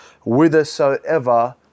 whithersoever